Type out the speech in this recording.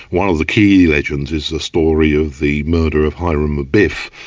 one of the key legends is the story of the murder of hiram abeth,